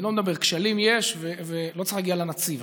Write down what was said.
כשלים יש, ולא צריך להגיע לנציב.